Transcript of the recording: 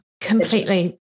completely